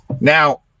now